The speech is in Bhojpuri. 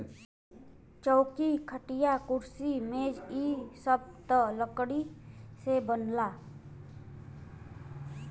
चौकी, खटिया, कुर्सी मेज इ सब त लकड़ी से बनला